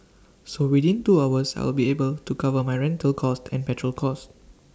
so within two hours I will be able to cover my rental cost and petrol cost